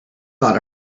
not